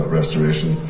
restoration